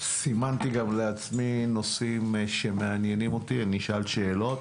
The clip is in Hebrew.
וסימנתי לעצמי נושאים שמעניינים אותי ואשאל שאלות.